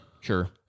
Sure